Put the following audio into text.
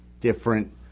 different